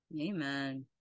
Amen